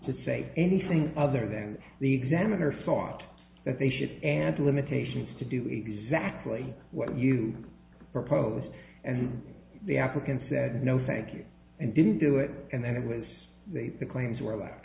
to say anything other than the examiner thought that they should and the limitations to do exactly what you proposed and the african said no thank you and didn't do it and then it was the claims